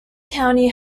county